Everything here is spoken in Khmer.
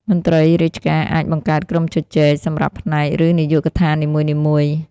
មន្ត្រីរាជការអាច បង្កើតក្រុមជជែក សម្រាប់ផ្នែក ឬនាយកដ្ឋាននីមួយៗ។